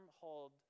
hold